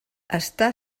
està